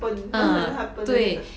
happened happened 的